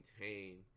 maintain